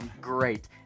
great